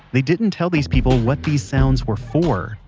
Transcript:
they didn't tell these people what these sounds were for.